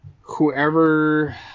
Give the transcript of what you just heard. whoever